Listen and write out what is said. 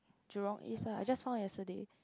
Jurong-East ah I just found yesterday